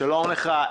שלום לך.